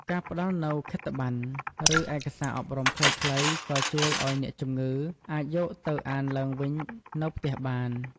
ការផ្តល់នូវខិត្តប័ណ្ណ ឬឯកសារអប់រំខ្លីៗក៏ជួយឱ្យអ្នកជំងឺអាចយកទៅអានឡើងវិញនៅផ្ទះបាន។